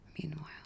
meanwhile